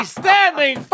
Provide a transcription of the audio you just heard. standing